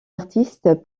artistes